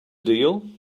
deal